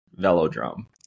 velodrome